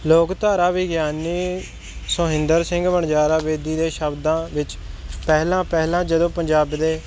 ਲੋਕ ਧਾਰਾ ਵੀ ਗਿਆਨੀ ਸੋਹਿੰਦਰ ਸਿੰਘ ਵਣਜਾਰਾ ਬੇਦੀ ਦੇ ਸ਼ਬਦਾਂ ਵਿੱਚ ਪਹਿਲਾਂ ਪਹਿਲਾਂ ਜਦੋਂ ਪੰਜਾਬ ਦੇ